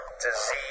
disease